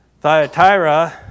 Thyatira